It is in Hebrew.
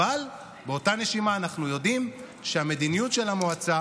אבל באותה נשימה אנחנו יודעים שהמדיניות של המועצה